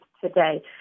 today